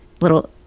little